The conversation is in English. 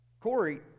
Corey